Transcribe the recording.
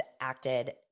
acted